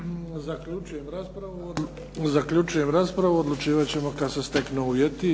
Zaključujem raspravu, odlučivat ćemo kada se steknu uvjeti.